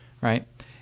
right